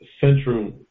central